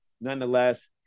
nonetheless